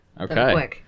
Okay